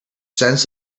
sends